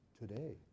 today